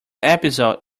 episode